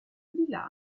lila